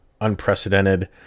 unprecedented